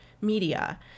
media